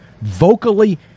vocally